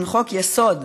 חוק-יסוד,